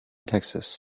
texas